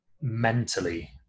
mentally